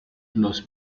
los